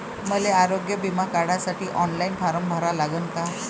मले आरोग्य बिमा काढासाठी ऑनलाईन फारम भरा लागन का?